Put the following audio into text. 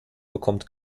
bekommt